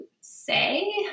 say